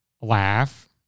laugh